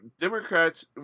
Democrats